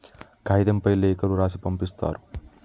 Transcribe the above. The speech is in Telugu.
కాగితంపై లేఖలు రాసి పంపిస్తారు